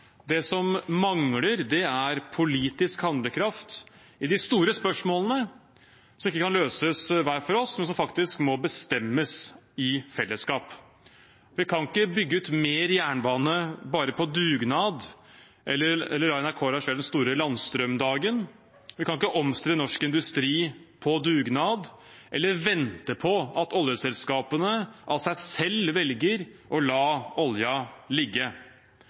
Det som mangler, er politisk handlekraft i de store spørsmålene som vi ikke kan løse hver for oss, men som må bestemmes i fellesskap. Vi kan ikke bygge ut mer jernbane bare på dugnad eller la NRK arrangere den store landstrømdagen. Vi kan ikke omstille norsk industri på dugnad eller vente på at oljeselskapene av seg selv velger å la oljen ligge.